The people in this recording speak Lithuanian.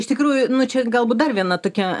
iš tikrųjų nu čia galbūt dar viena tokia